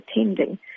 attending